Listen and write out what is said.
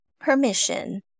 permission